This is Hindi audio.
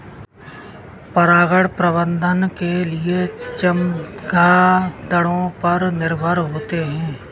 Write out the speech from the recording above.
परागण प्रबंधन के लिए चमगादड़ों पर निर्भर होते है